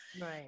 Right